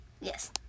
yes